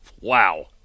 Wow